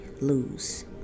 lose